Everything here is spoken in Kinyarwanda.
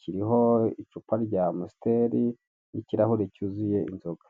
Kiriho icupa rya amusiteri n'ikirahuri cyuzuye inzoga.